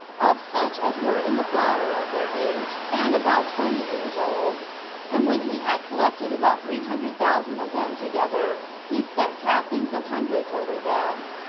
of such as were in the flower of their age, and about twenty years old and when he had collected about three hundred thousand of them together, he set captains of hundreds over them.